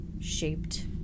shaped